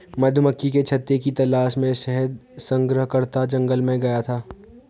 मधुमक्खी के छत्ते की तलाश में शहद संग्रहकर्ता जंगल में गया था